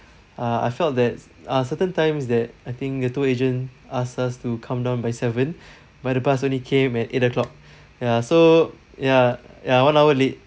uh I felt that uh certain times that I think the tour agent asked us to come down by seven but the bus only came at eight o'clock ya so ya ya one hour late